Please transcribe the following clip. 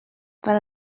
fell